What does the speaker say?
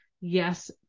yes